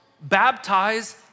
baptize